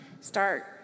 start